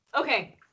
Okay